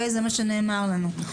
זה מה שנאמר לנו.